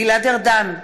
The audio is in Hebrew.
גלעד ארדן,